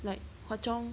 like Hwa Chong